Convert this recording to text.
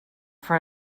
for